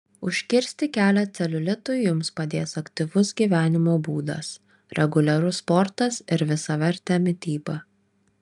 užkirsti kelią celiulitui jums padės aktyvus gyvenimo būdas reguliarus sportas ir visavertė mityba